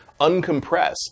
uncompressed